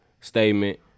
statement